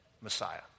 Messiah